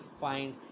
find